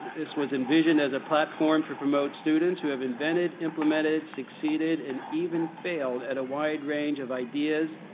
this was envisioned as a platform to promote students who have invented implemented succeeded and even failed at a wide range of ideas,